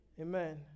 Amen